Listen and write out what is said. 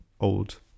old